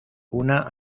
una